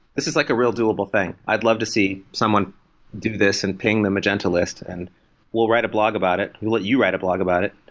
this is like a real doable thing. i'd love to see someone do this and ping the magenta list and we'll write a blog about it. we'll let you write a blog about it